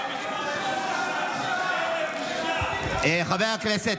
ראש ממשלה, בושה,